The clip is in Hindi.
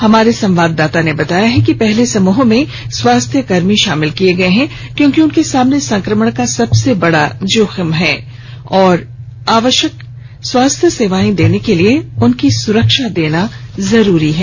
हमारे संवाददाता ने बताया है कि पहले समूह में स्वास्थ्य कर्मी शामिल किए गए हैं क्योंकि उनके सामने संक्रमण का सबसे बड़ा जोखिम है और आवश्यक स्वास्थ्य सेवाएं देने के लिए उनकी सुरक्षा जरूरी है